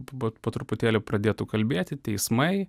bet po truputėlį pradėtų kalbėti teismai